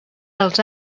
els